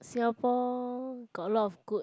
Singapore got a lot of good